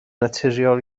naturiol